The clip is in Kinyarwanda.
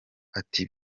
ati